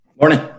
Morning